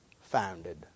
founded